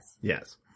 Yes